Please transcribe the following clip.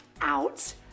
out